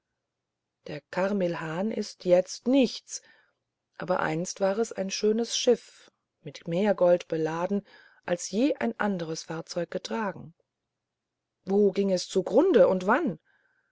der carmilhan ist jetzt nichts aber einst war es ein schönes schiff mit mehr gold beladen als je ein anderes fahrzeug getragen wo ging es zu grunde und wann